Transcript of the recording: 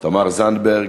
תמר זנדברג,